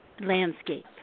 landscape